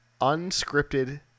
unscripted